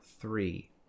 three